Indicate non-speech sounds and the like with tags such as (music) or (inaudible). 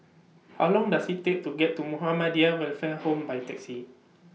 How Long Does IT Take to get to Muhammadiyah Welfare Home (noise) By Taxi